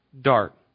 dart